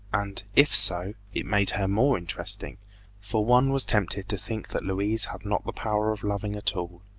and, if so, it made her more interesting for one was tempted to think that louise had not the power of loving at all.